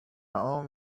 own